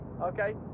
Okay